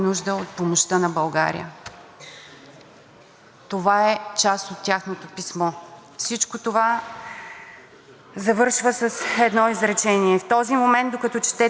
завършва с едно изречение: „В този момент, докато четете писмото, някъде в Украйна загиват хора, други са подложени на терор и унижение. Всичко това се случва